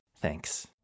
Thanks